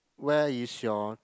where is your